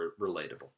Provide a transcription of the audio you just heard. relatable